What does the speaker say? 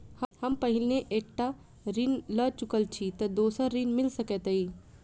हम पहिने एक टा ऋण लअ चुकल छी तऽ दोसर ऋण मिल सकैत अई?